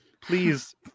Please